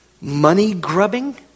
money-grubbing